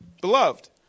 Beloved